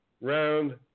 round